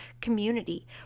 community